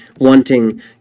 wanting